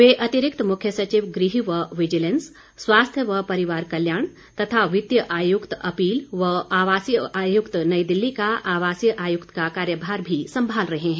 वे अतिरिक्त मुख्य सचिव गृह व विजिलैंस स्वास्थ्य व परिवार कल्याण तथा वित्तीय आयुक्त अपील व आवासीय आयुक्त नई दिल्ली का आवासीय आयुक्त का कार्यभार भी संभाल रहे हैं